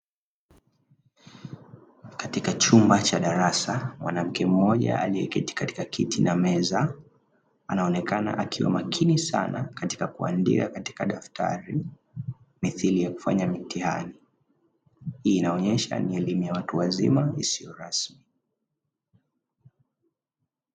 Katika chumba cha darasa mwanamke mmoja aliyeketi katika kiti na meza, anaonekana akiwa makini sana katika kuandika katika daftari mithili ya kufanya mtihani, hii inaonyesha ni elimu ya watu wazima isiyo rasmi.